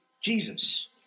Jesus